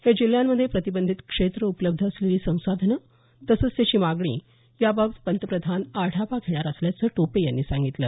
या जिल्ह्यांमध्ये प्रतिबंधित क्षेत्र उपलब्ध असलेली संसाधनं तसंच त्याची मागणी याबाबत पंतप्रधान आढावा घेणार असल्याचं टोपे यांनी सांगितल